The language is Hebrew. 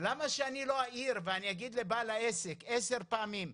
למה שאני לא העיר ואגיד לבעל העסק עשר פעמים,